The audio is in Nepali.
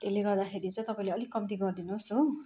त्यसले गर्दाखेरि चाहिँ तपाईँले अलिक कम्ती गरिदिनुहोस् हो